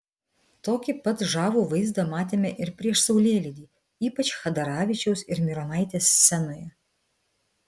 tokį pat žavų vaizdą matėme ir prieš saulėlydį ypač chadaravičiaus ir mironaitės scenoje